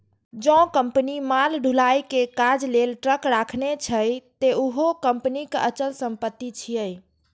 जौं कंपनी माल ढुलाइ के काज लेल ट्रक राखने छै, ते उहो कंपनीक अचल संपत्ति छियै